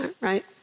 right